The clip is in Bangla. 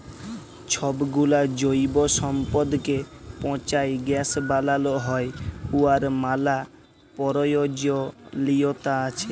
ছবগুলা জৈব সম্পদকে পঁচায় গ্যাস বালাল হ্যয় উয়ার ম্যালা পরয়োজলিয়তা আছে